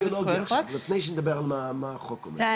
בואי נדבר אידיאולוגיה עכשיו לפני שנדבר על מה החוק אומר.